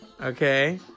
Okay